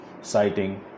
citing